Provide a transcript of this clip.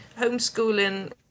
homeschooling